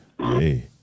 Hey